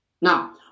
Now